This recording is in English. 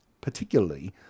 particularly